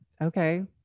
okay